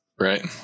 Right